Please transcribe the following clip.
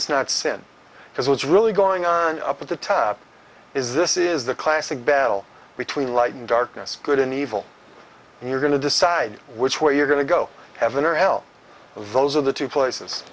it's not sin because what's really going on up at the top is this is the classic battle between light and darkness good and evil and you're going to decide which way you're going to go heaven or hell those are the two places